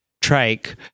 trike